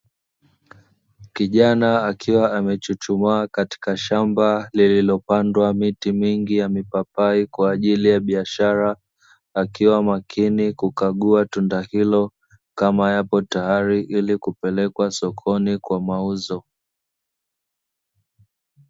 Kijana akiwa amechuchumaa katika shamba lililopandwa miti mingi ya mipapai kwa ajili ya biashara, akiwa makini kukagua tunda hilo kama yapo tayari ili kupelekwa sokoni kwa mauzo.